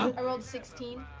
i rolled sixteen.